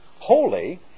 holy